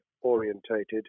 orientated